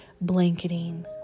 blanketing